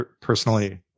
personally